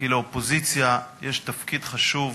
כי לאופוזיציה יש תפקיד חשוב